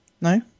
No